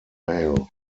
male